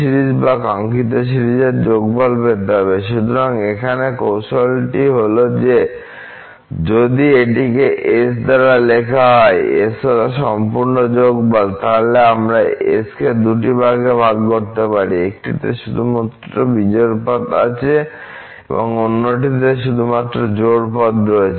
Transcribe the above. সুতরাং এখানে কৌশলটি হল যে যদি এটিকে S দ্বারা লেখা হয় S হল সম্পূর্ণ যোগফল তাহলে আমরা S কে দুটি ভাগে ভাগ করতে পারি একটিতে শুধুমাত্র বিজোড় পদ আছে অন্যটিতে জোড় পদ রয়েছে